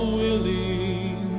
willing